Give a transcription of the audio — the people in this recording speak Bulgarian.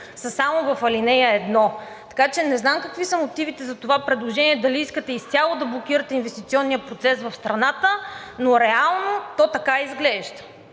са само в ал. 1. Така че не знам какви са мотивите за това предложение – дали искате изцяло да блокирате инвестиционния процес в страната, то реално така изглежда.